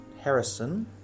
Harrison